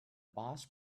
boss